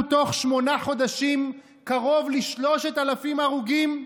תוך שמונה חודשים קרוב ל-3,000 הרוגים,